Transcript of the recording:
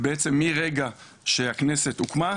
ומרגע שהכנסת הוקמה,